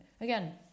Again